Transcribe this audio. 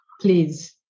please